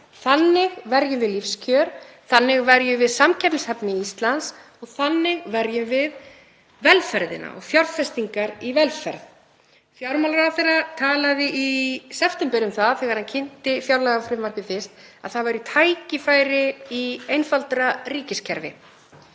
Þannig verjum við lífskjör, þannig verjum við samkeppnishæfni Íslands og þannig verjum við velferðina og fjárfestingar í velferð. Fjármálaráðherra talaði í september um það, þegar hann kynnti fjárlagafrumvarpið fyrst, að það væru tækifæri í einfaldara ríkiskerfi.